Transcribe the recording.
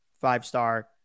five-star